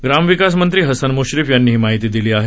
ग्रामविकास मंत्री हसन म्श्रीफ यांनी ही माहिती दिली आहे